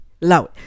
Loud